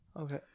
Okay